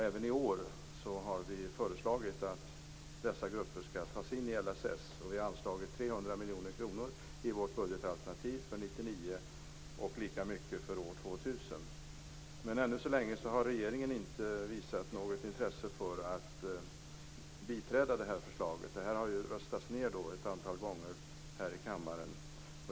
Även i år har vi föreslagit att dessa grupper skall tas in i LSS. Vi har anslagit 300 miljoner kronor i vårt budgetalternativ för 1999 och lika mycket för år 2000. Ännu så länge har regeringen inte visat något intresse för att biträda detta förslag. Det har röstats ned ett antal gånger här i kammaren.